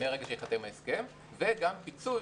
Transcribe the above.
מרגע שייחתם ההסכם וגם פיצוי,